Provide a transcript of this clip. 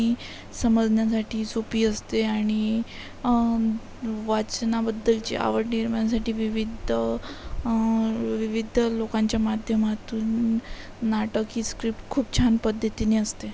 ने समजण्यासाठी सोपे असते आणि वाचनाबद्दलची आवड निर्माणासाठी विविध विविध लोकांच्या माध्यमातून नाटक ही स्क्रिप्ट खूप छान पद्धतीने असते